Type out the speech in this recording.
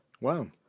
Wow